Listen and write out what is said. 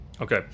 okay